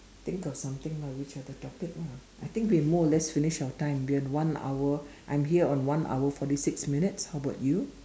think of something lah which other topic lah I think we are more or less finish our time we have one hour I'm here on one hour forty six minutes how about you